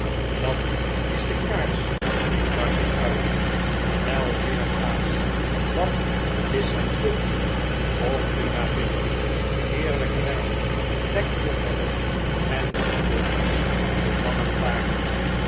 dat is de kaars riep mark uit wel weergaas wat is zij vlug kom nu naar binnen heerlijke wijn lekkere bedden en goed logies voor man en paard